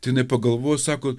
tai jinai pagalvojo sako